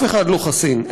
אף אחד לא חסין.